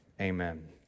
amen